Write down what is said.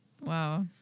wow